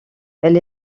elle